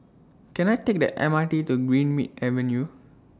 Can I Take The M R T to Greenmead Avenue